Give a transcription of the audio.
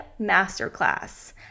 masterclass